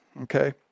Okay